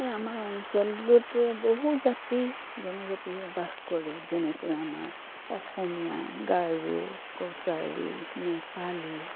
এই আমাৰ অঞ্চলটোত বহুত জাতি জনজাতিয়ে বাস কৰে যেনেকৈ আমাৰ অসমীয়া গাৰো কছাৰী নেপালী